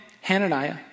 Hananiah